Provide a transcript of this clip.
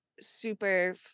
super